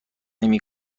نمی